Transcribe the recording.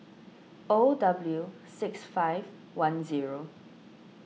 O W six five one zero